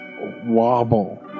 wobble